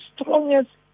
strongest